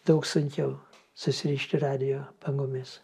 daug sunkiau susirišti radijo bangomis